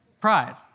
Pride